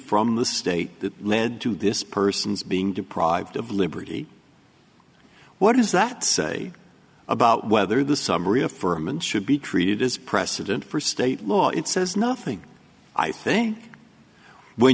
from the state that led to this person's being deprived of liberty what does that say about whether the summary affirm and should be treated as precedent for state law it says nothing i think when